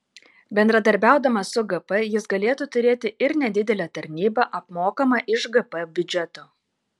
bendradarbiaudamas su gp jis galėtų turėti ir nedidelę tarnybą apmokamą iš gp biudžeto